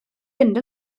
fynd